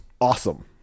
awesome